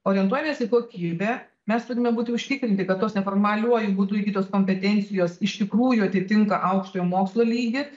orientuojamės į kokybę mes turime būti užtikrinti kad tos neformaliuoju būdu įgytos kompetencijos iš tikrųjų atitinka aukštojo mokslo lygį